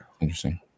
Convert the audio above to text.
Interesting